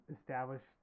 established